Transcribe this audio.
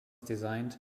designed